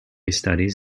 studies